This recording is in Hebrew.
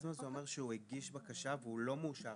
זה אומר שהוא הגיש בקשה והוא לא מאושר